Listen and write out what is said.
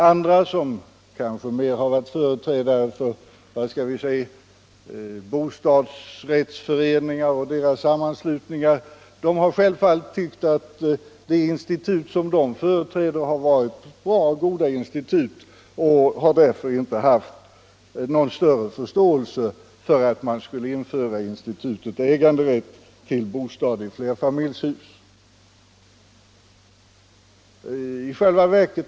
Andra instanser, t.ex. företrädare för bostadsrättsföreningar och deras sammanslutningar, har naturligtvis tyckt att det institut som man där företrätt är bra, och därför har man inte haft någon större förståelse för att införa institutet äganderätt till bostad i flerfamiljshus.